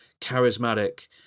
charismatic